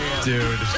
Dude